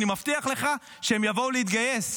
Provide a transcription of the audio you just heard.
אני מבטיח לך שהם יבואו להתגייס.